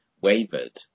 wavered